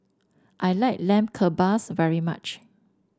I like Lamb Kebabs very much